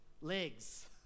legs